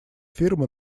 фирмы